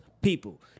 people